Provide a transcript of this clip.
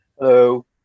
Hello